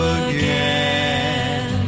again